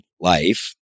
life